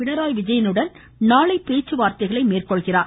பினராயி விஜயனுடன் நாளை பேச்சுவார்த்தை மேற்கொள்கிறார்